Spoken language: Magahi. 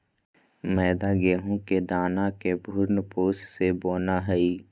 मैदा गेहूं के दाना के भ्रूणपोष से बनो हइ